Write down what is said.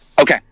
Okay